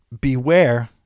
beware